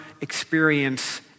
experience